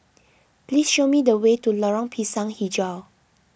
please show me the way to Lorong Pisang HiJau